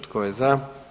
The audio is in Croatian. Tko je za?